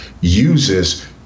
uses